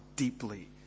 deeply